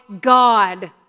God